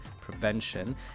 prevention